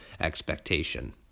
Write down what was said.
expectation